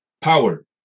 power